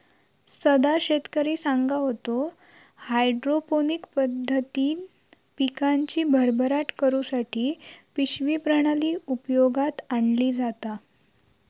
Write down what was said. सदा शेतकरी सांगा होतो, हायड्रोपोनिक पद्धतीन पिकांची भरभराट करुसाठी पिशवी प्रणाली उपयोगात आणली जाता